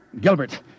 Gilbert